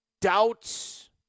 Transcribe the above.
doubts